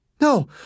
No